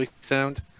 sound